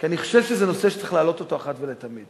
כי אני חושב שזה נושא שצריך להעלות אותו אחת ולתמיד